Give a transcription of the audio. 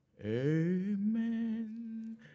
Amen